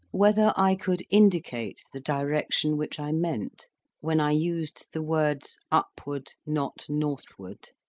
whether i could indicate the direction which i meant when i used the words upward, not northward?